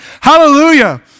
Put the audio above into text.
Hallelujah